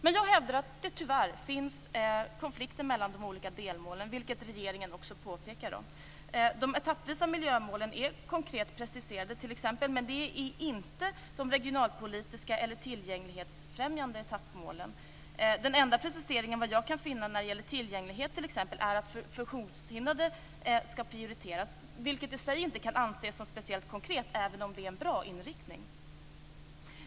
Men jag hävdar att det tyvärr finns konflikter mellan de olika delmålen, vilket regeringen också påpekar. De etappvisa miljömålen är t.ex. konkret preciserade, men de regionalpolitiska eller tillgänglighetsfrämjande etappmålen är det inte. Den enda precisering jag kan finna som gäller tillgänglighet t.ex. är att funktionshindrade skall prioriteras. Det kan ju i sig inte anses som speciellt konkret, även om det är en bra inriktning.